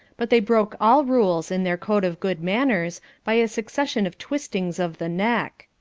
but they broke all rules in their code of good manners by a succession of twistings of the neck.